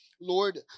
Lord